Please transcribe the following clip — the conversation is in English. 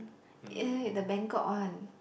eh wait the Bangkok one